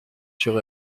sur